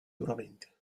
duramente